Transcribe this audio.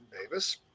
Davis